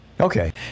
Okay